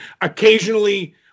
occasionally